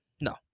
No